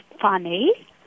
funny